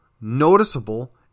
noticeable